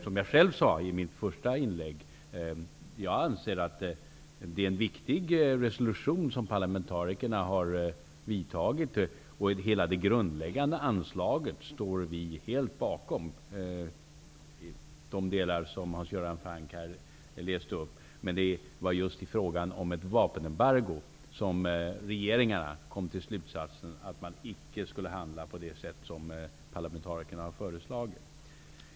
Som jag sade i mitt första inlägg anser jag att det är en viktig resolution som parlamentarikerna har antagit. Vi står helt bakom det grundläggande anslaget, t.ex. de delar som Hans Göran Franck läste upp här. Men det var i frågan om ett vapenembargo som regeringarna kom till slutsatsen att man inte skulle handla på det sätt som parlamentarikerna föreslog.